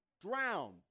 drown